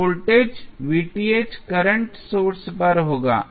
तो voltage current source पर होगा